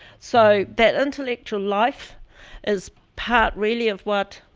so, that intellectual life is part really of what